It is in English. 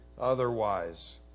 otherwise